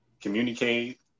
communicate